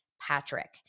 Patrick